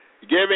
giving